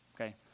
Okay